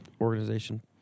organization